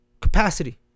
capacity